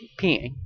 peeing